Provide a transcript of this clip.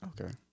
Okay